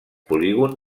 polígon